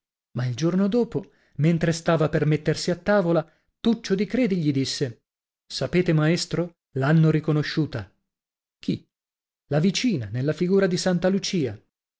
ma il giorno dopo mentre stava per mettersi a tavola tuccio di credi gli disse sapete maestro l'hanno riconosciuta chi la vicina nella figura di santa lucia